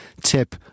tip